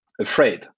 afraid